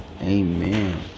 amen